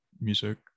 music